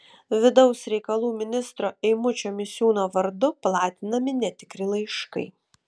vidaus reikalų ministro eimučio misiūno vardu platinami netikri laiškai